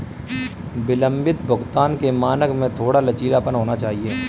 विलंबित भुगतान के मानक में थोड़ा लचीलापन होना चाहिए